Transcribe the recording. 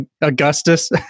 Augustus